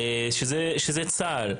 שזה צה"ל.